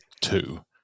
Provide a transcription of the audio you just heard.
two